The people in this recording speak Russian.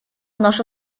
наша